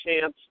chance